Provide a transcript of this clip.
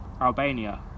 Albania